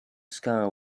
scar